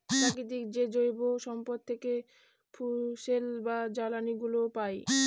প্রকৃতির যে জৈব সম্পদ থেকে ফুয়েল বা জ্বালানিগুলো পাই